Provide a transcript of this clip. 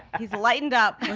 he's lightened up